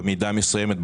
במידה מסוימת,